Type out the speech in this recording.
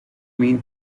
mean